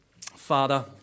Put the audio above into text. father